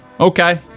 Okay